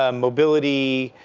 ah mobility